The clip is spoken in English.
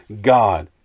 God